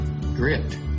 Grit